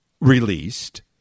released